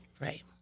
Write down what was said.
Right